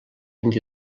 vint